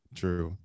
true